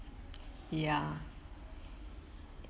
ya